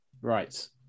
Right